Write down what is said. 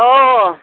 औ